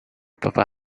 purple